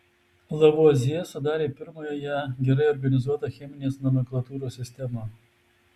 lavuazjė sudarė pirmąją gerai organizuotą cheminės nomenklatūros sistemą